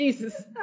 Jesus